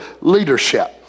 leadership